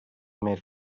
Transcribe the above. made